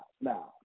now